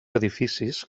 edificis